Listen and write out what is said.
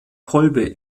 kolbe